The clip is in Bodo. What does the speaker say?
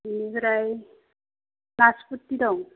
बेनिफ्राय नासपटि दं